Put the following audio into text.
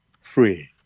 free